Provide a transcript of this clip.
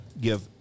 give